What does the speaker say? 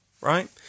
right